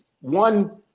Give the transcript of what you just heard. one